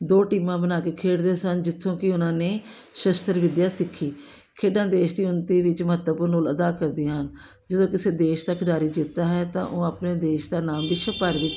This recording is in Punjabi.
ਦੋ ਟੀਮਾਂ ਬਣਾ ਕੇ ਖੇਡਦੇ ਸਨ ਜਿੱਥੋਂ ਕਿ ਉਹਨਾਂ ਨੇ ਸ਼ਸਤਰ ਵਿੱਦਿਆ ਸਿੱਖੀ ਖੇਡਾਂ ਦੇਸ਼ ਦੀ ਉੱਨਤੀ ਵਿੱਚ ਮਹੱਤਵਪੂਰਨ ਰੋਲ ਅਦਾ ਕਰਦੀਆਂ ਹਨ ਜਦੋਂ ਕਿਸੇ ਦੇਸ਼ ਦਾ ਖਿਡਾਰੀ ਜਿੱਤਦਾ ਹੈ ਤਾਂ ਉਹ ਆਪਣੇ ਦੇਸ਼ ਦਾ ਨਾਮ ਵਿਸ਼ਵ ਭਰ ਵਿੱਚ